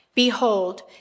Behold